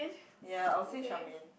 ya I'll say Charmaine